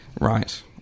Right